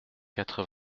quatre